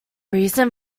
reason